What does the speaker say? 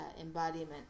embodiment